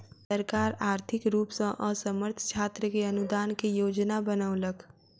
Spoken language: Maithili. सरकार आर्थिक रूप सॅ असमर्थ छात्र के अनुदान के योजना बनौलक